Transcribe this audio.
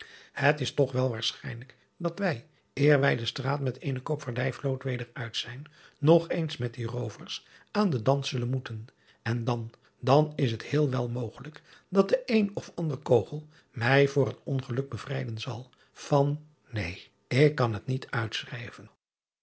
et is toch wel waarschijnlijk dat wij eer wij de traat met eene oopvaardijvloot weder uit zijn nog driaan oosjes zn et leven van illegonda uisman eens met die oovers aan den dans zullen moeten en dan dan is het heel wel mogelijk dat de een of ander kogel mij voor het ongeluk bevrijden zal van neen ik kan het niet uitschrijven